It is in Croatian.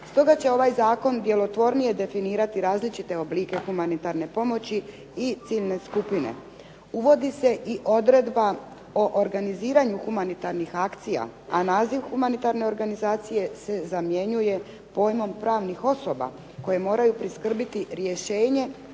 Stoga će ovaj zakon djelotvornije definirati različite oblike humanitarne pomoći i ciljne skupine. Uvodi se i odredba o organiziranju humanitarnih akcija, a naziv humanitarne organizacije se zamjenjuje pojmom pravnih osoba koje moraju priskrbiti rješenje